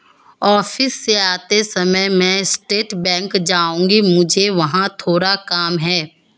office से आते समय मैं स्टेट बैंक जाऊँगी, मुझे वहाँ थोड़ा काम है